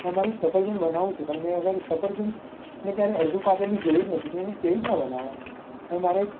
તમારે એક સફરજન બનાવવું છે પણ મેં અગર સફરજનને ક્યારે અડધું કાપેલું જોયું જ નથી તો હું એને કેવી રીતના બનાવવા હવે મારે એક